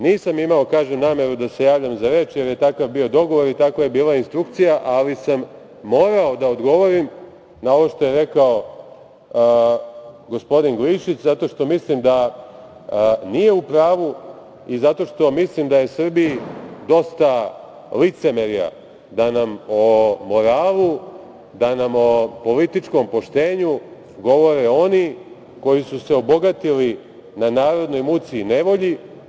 Nisam imao, kažem, nameru da se javljam za reč, jer je takav bio dogovor i takva je bila instrukcija, ali sam morao da odgovorim na ovo što je rekao gospodin Glišić zato što mislim da nije u pravu i zato što mislim da je Srbiji dosta licemerja, da nam o moralu, da nam o političkom poštenju govore oni koji su se obogatili na narodnoj muci i nevolji.